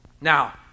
Now